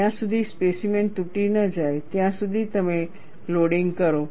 જ્યાં સુધી સ્પેસીમેન તૂટી ન જાય ત્યાં સુધી તમે લોડિંગ કરો